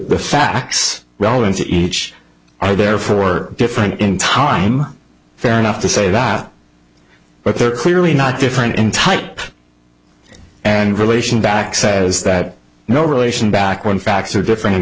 the facts relevant to each are therefore different in time fair enough to say that but they're clearly not different in type and relation back says that no relation back when facts are